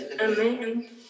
Amen